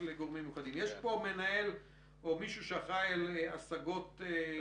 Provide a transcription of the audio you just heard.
אז יש לנו 21,759 איש שקיבלו מסרונים על בסיס איכון השב"כ